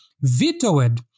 vetoed